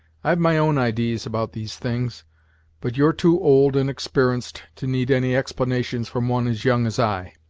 i've my own idees about these things but you're too old and exper'enced to need any explanations from one as young as i.